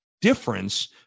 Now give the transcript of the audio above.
difference